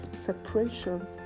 separation